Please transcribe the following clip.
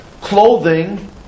clothing